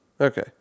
Okay